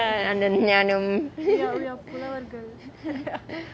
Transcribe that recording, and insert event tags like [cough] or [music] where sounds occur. ya அந்த ஞானம்:antha niyaanam [laughs]